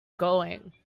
going